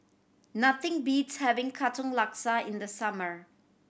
nothing beats having Katong Laksa in the summer